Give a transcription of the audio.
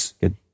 good